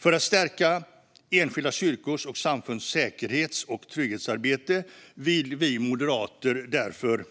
För att stärka enskilda kyrkors och samfunds säkerhets och trygghetsarbete vill vi moderater därför,